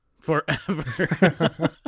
Forever